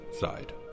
side